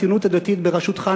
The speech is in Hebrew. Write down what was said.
הציונות הדתית בראשותך,